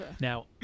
Now